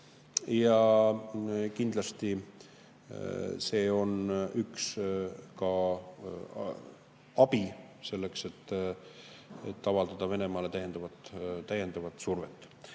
Ja kindlasti on see üks abi[nõu] selleks, et avaldada Venemaale täiendavat survet.